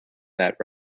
that